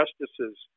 justices